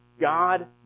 God